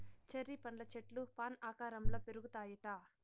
cherry పండ్ల చెట్లు fan ఆకారంల పెరుగుతాయిట